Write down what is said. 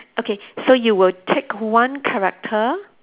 okay so you will take one character